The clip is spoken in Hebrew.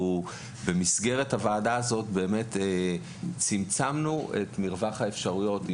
במסגרת הוועדה הזאת צמצמנו את מרחב האפשרויות.